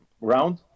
round